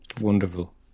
Wonderful